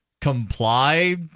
comply